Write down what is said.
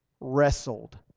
wrestled